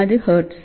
அது ஹெர்ட்ஸ்